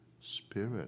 spirit